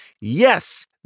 Yes